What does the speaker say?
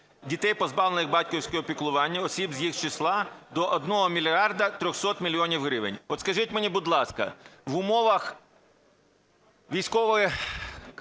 дітей, позбавлених батьківського піклування, осіб з їх числа" до 1 мільярда 300 мільйонів гривень. От скажіть мені, будь ласка, в умовах військової